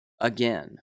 again